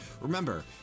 Remember